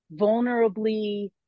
vulnerably